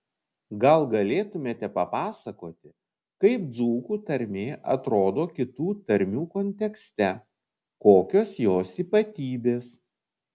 gal galėtumėte papasakoti kaip dzūkų tarmė atrodo kitų tarmių kontekste kokios jos ypatybės